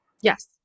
Yes